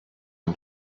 and